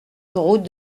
route